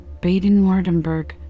Baden-Württemberg